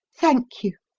thank you.